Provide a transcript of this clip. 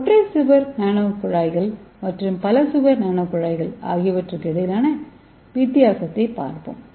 ஒற்றை சுவர் கார்பன் நானோகுழாய்கள் மற்றும் பல சுவர் கார்பன் நானோகுழாய்கள் ஆகியவற்றுக்கு இடையிலான வித்தியாசத்தைப் பார்ப்போம்